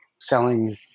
selling